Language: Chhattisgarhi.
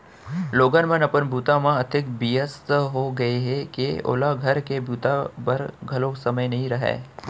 लोगन मन अपन बूता म अतेक बियस्त हो गय हें के ओला घर के बूता बर घलौ समे नइ रहय